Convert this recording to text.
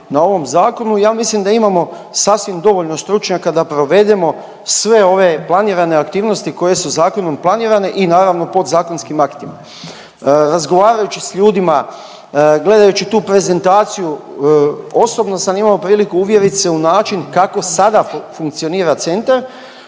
na ovom Zakonu, ja mislim da imamo sasvim dovoljno stručnjaka da provedemo sve ove planirane aktivnosti koje su zakonom planirane i naravno, podzakonskim aktima. Razgovarajući s ljudima, gledajući tu prezentaciju, osobno sam imao priliku uvjerit se u način kako sada funkcionira centar.